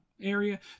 area